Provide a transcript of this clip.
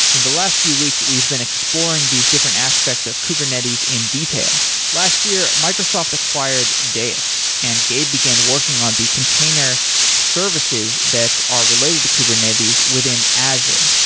in the last few weeks, we've been exploring these different aspects of kubernetes in detail last year, microsoft acquired deis and gabe began working on the container services that are related to kubernetes within azure.